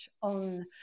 on